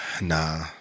Nah